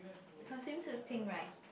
her swimsuit pink right